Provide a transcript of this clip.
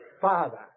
Father